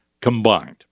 combined